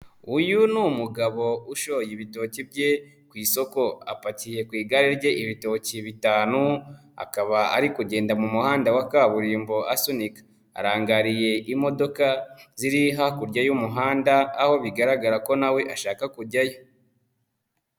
Uyu ni umugabo ushoye ibitoki bye ku isoko, apakiye ku igare rye ibitoki bitanu, akaba ari kugenda mu muhanda wa kaburimbo asunika, arangariye imodoka ziri hakurya y'umuhanda aho bigaragara ko nawe ashaka kujyayo.